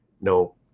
No